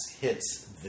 hits